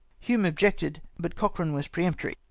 hume objected, but cochrane was peremptory.